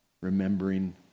remembering